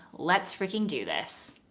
let's freaking do this.